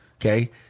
Okay